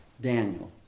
Daniel